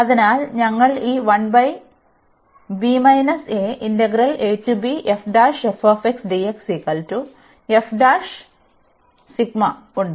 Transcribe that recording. അതിനാൽ ഞങ്ങൾക്ക് ഈ ഉണ്ട്